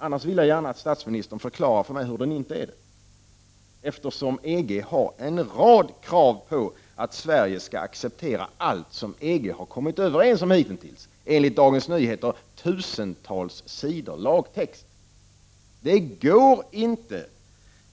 Annars vill jag gärna att statsministern förklarar för mig varför den inte är. EG har ju krav på att Sverige skall acceptera allt som EG hittills har kommit överens om, enligt Dagens Nyheter tusentals sidor lagtext.